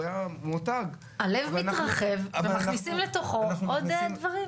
הוא היה מותג -- הלב מתרחב ומכניסים לתוכו עוד דברים.